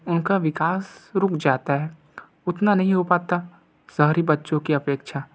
उनका विकास रुक जाता है उतना नहीं हो पाता शहरी बच्चों की अपेक्षा